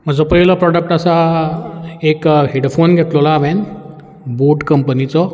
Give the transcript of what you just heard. म्हजो पयलो प्रॉडक्ट आसा एक हेडफोन घेतलोलो हांवेन बोट कंपनीचो